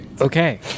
Okay